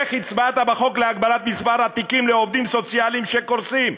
איך הצבעת בחוק להגבלת מספר התיקים לעובדים סוציאליים שקורסים?